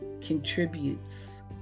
contributes